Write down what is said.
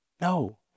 No